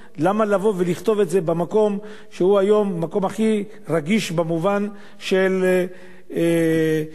שהוא היום המקום הכי רגיש במובן של הזדהות עם קורבנות השואה,